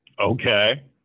Okay